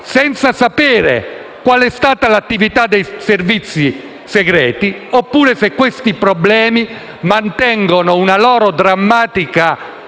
senza sapere quale sia stata l'attività dei servizi segreti, oppure se questi problemi mantengono una drammatica